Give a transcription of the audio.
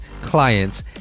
clients